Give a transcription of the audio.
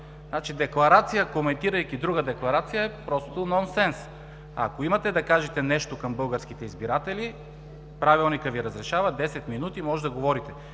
Декларация, коментирайки друга декларация, е просто нонсенс. Ако имате да кажете нещо към българските избиратели, Правилникът Ви разрешава – 10 минути може да говорите.